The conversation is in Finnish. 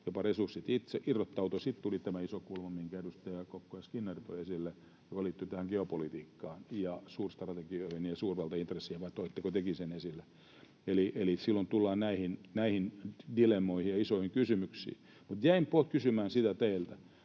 jopa resurssit itse irrottautua. Sitten tuli tämä iso kulma, minkä edustajat Kokko ja Skinnari toivat esille, joka liittyi geopolitiikkaan ja suurstrategioihin ja suurvaltaintresseihin. Vai toitteko tekin sen esille? Eli silloin tullaan näihin dilemmoihin ja isoihin kysymyksiin. Mutta jäin kysymään sitä teiltä,